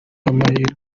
amahirwe